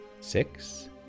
six